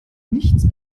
nichts